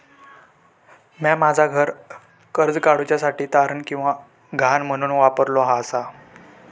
म्या माझा घर कर्ज काडुच्या साठी तारण किंवा गहाण म्हणून वापरलो आसा